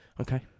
okay